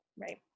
Right